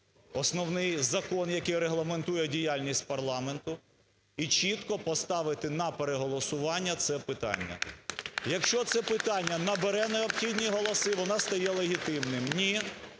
основний закон, який регламентує діяльність парламенту, і чітко поставити на переголосування це питання. Якщо це питання набере необхідні голоси, воно стає легітимним. Ні